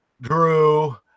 Drew